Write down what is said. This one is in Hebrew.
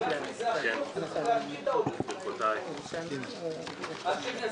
צריך להקפיא את העברת העודפים של משרד החינוך עד שנסכים.